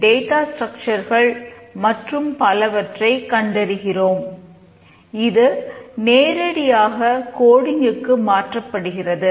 structure chart மாற்றப்படுகிறது